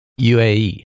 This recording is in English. UAE